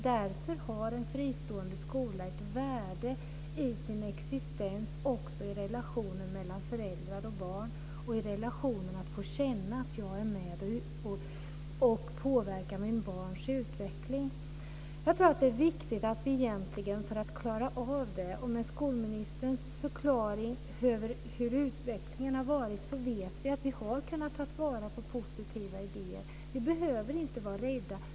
Därför har en fristående skola ett värde i sin existens också i relationen mellan föräldrar och barn: att få känna att jag är med och påverkar mina barns utveckling. För att klara av detta tror jag att det är viktigt att ta vara på positiva idéer, och med skolministerns förklaring över hur utvecklingen har varit vet vi att vi har kunnat det. Vi behöver inte vara rädda.